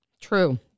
True